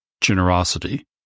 generosity